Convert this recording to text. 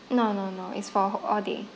no no no it's for all day